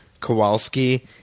Kowalski